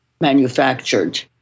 manufactured